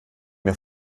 mir